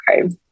okay